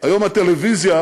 הטלוויזיה